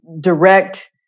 direct